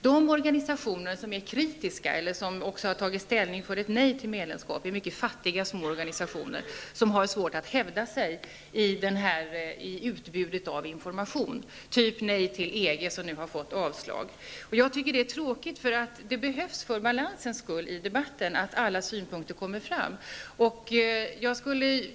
De organisationer som är kritiska och som också har tagit ställning och sagt nej till medlemskap är mycket fattiga små organisationer som har svårt att hävda sig när det gäller utbud av information, typ ''Nej till EG'', som nu har fått avslag. Jag tycker att det är tråkigt, för det behövs för balansens skull i debatten att alla synpunkter kommer fram.